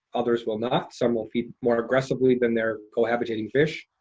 others will not. some will feed more aggressively than their cohabitating fish.